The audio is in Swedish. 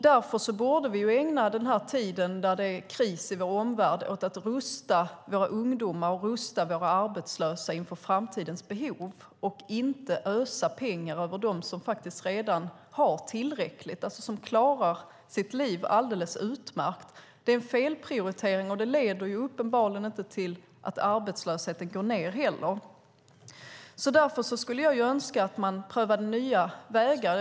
Därför borde vi ägna denna tid då det är kris i vår omvärld åt att rusta våra ungdomar och våra arbetslösa inför framtidens behov och inte ösa pengar över dem som faktiskt redan har tillräckligt och som klarar sitt liv alldeles utmärkt. Det är en felprioritering, och den leder uppenbarligen inte heller till att arbetslösheten minskar. Därför skulle jag önska att man prövade nya vägar.